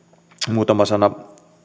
muutama sana